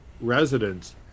residents